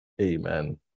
Amen